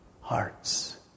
hearts